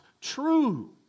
true